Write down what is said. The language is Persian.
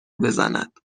بزند